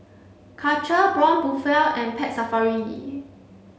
Karcher Braun Buffel and Pet Safari